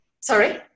Sorry